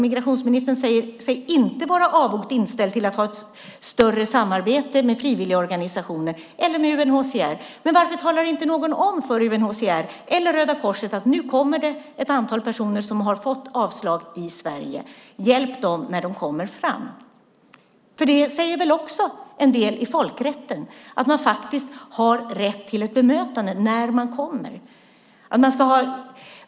Migrationsministern säger sig inte vara avogt inställd till att ha ett större samarbete med frivilligorganisationer eller med UNHCR. Men varför säger inte någon till UNHCR eller Röda Korset: Nu kommer det ett antal personer som har fått avslag i Sverige. Hjälp dem när de kommer fram! Det sägs väl också i folkrätten att man faktiskt har rätt till ett bemötande när man kommer?